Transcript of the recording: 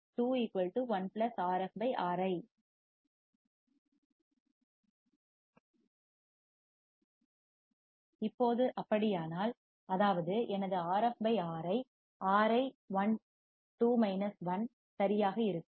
2 1 Rf Ri இப்போது அப்படியானால் அதாவது எனது Rf Ri Ri 1 2 1 சரியாக இருக்கும்